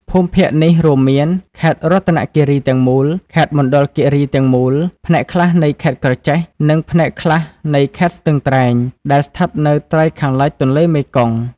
ភូមិភាគនេះ រួមមាន ខេត្តរតនគិរីទាំងមូល ខេត្តមណ្ឌលគីរីទាំងមូល ផ្នែកខ្លះនៃខេត្តក្រចេះ និងផ្នែកខ្លះនៃខេត្តស្ទឹងត្រែង ដែលស្ថិតនៅ ត្រើយខាងលិចទន្លេមេគង្គ។